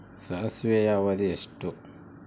ಸಾಸಿವೆಯ ಅವಧಿ ಎಷ್ಟು?